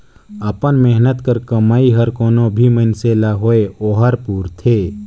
अपन मेहनत कर कमई हर कोनो भी मइनसे ल होए ओहर पूरथे